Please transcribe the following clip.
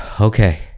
Okay